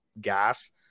gas